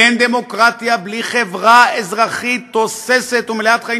אין דמוקרטיה בלי חברה אזרחית תוססת ומלאת חיים,